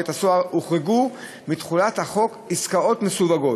הוחרגו מתחולת החוק עסקאות מסווגות.